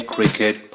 Cricket